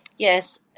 Yes